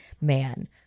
man